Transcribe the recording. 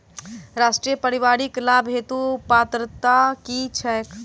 राष्ट्रीय परिवारिक लाभ हेतु पात्रता की छैक